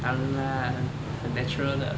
当然啦很 natural 的